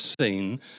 seen